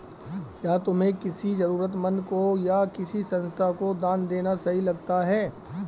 क्या तुम्हें किसी जरूरतमंद को या किसी संस्था को दान देना सही लगता है?